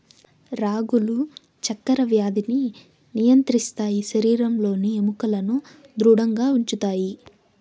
రాగులు చక్కర వ్యాధిని నియంత్రిస్తాయి శరీరంలోని ఎముకలను ధృడంగా ఉంచుతాయి